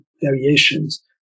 variations